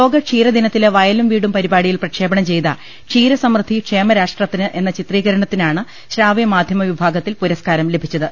ലോക ക്ഷീര ദിനത്തിലെ വയലുംവീടും പരിപാടി യിൽ പ്രക്ഷേപണം ചെയ്ത ക്ഷീര സമൃദ്ധി ക്ഷേമരാഷ്ട്രത്തിന് എന്ന ചിത്രീകരണത്തിനാണ് ശ്രവ്യമാധ്യമ വിഭാഗത്തിൽ പുര സ്കാരം ലഭിച്ചത്